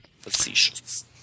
facetious